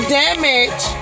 damage